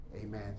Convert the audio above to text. Amen